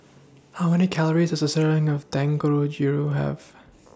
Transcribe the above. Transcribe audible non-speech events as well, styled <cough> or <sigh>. <noise> How Many Calories Does A Serving of <unintelligible> Have